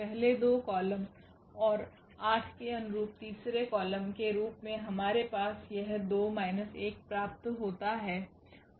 पहले दो कॉलम और 8 के अनुरूप तीसरे कॉलम के रूप में हमारे पास यह 2 माइनस 1 प्राप्त होता है